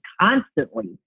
constantly